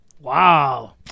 Wow